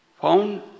found